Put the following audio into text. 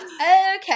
Okay